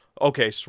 Okay